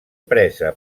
presa